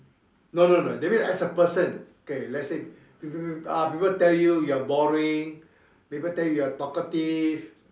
no no no that mean as a person K let's say you uh people tell you're boring people tell you're talkative